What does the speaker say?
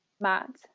Matt